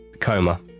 coma